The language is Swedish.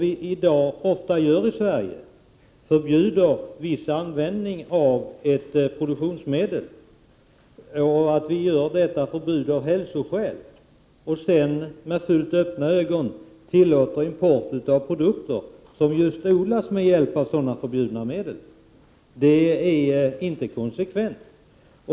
I dag förbjuder vi i Sverige av hälsoskäl ofta användningen av vissa produktionsmedel, men sedan tillåter vi med öppna ögon import av produkter som odlats med hjälp av dessa förbjudna produktionsmedel. Det är inte konsekvent.